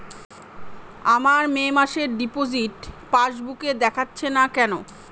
আমার মে মাসের ডিপোজিট পাসবুকে দেখাচ্ছে না কেন?